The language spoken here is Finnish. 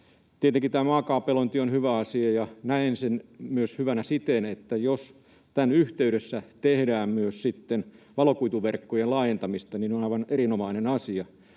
Tietenkin tämä maakaapelointi on hyvä asia, ja näen sen myös hyvänä siten, että jos tämän yhteydessä tehdään myös valokuituverkkojen laajentamista, niin se on aivan erinomainen asia.